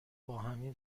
باهمیم